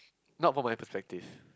not for my perspective